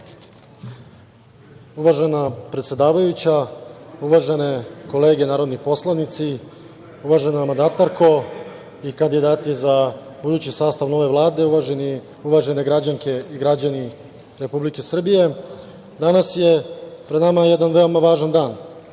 Uvažena predsedavajuća, uvažene kolege narodni poslanici, uvažena mandatarko i kandidati za budući sastav ove Vlade, uvažene građanke i građani Republike Srbije, danas je pred nama jedan veoma važan dan,